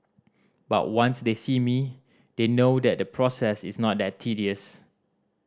but once they see me they know that the process is not that tedious